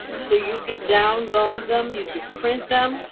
so you can download them. you can print them.